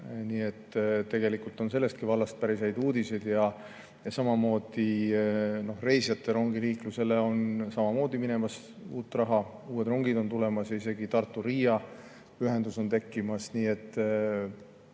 Nii et tegelikult on sellestki vallast päris häid uudiseid. Samamoodi on reisirongiliiklusele minemas uut raha, uued rongid on tulemas ja isegi Tartu–Riia ühendus on tekkimas.